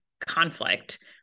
conflict